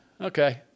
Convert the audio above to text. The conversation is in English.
okay